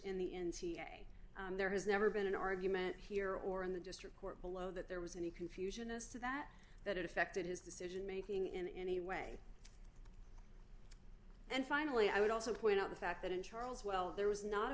a there has never been an argument here or in the district court below that there was any confusion as to that that it affected his decision making in any way and finally i would also point out the fact that in charles well there was not a